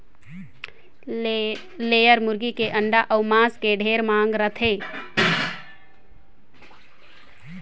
layer मुरगी के अंडा अउ मांस के ढेरे मांग रहथे